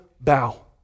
bow